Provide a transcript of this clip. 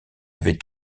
avait